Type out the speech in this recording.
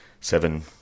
Seven